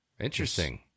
Interesting